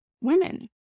women